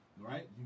Right